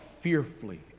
fearfully